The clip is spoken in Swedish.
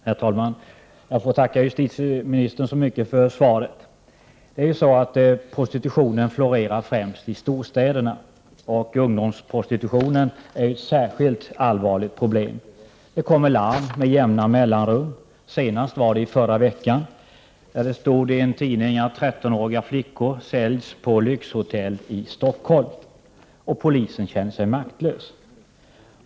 Herr talman! Jag får tacka justitieministern för svaret. Prostitutionen florerar främst i storstäderna, och ungdomsprostitutionen är ett särskilt allvarligt problem. Det kommer larm med jämna mellanrum, At senast i förra veckan. Då stod det i tidningen att 13-åriga flickor säljs på lyxhotell i Stockholm och att polisen känner sig maktlös.